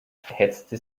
hetzte